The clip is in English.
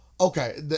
okay